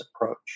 approach